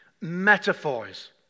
metaphors